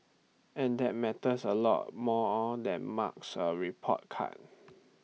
and that matters A lot more or than marks A report card